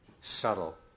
subtle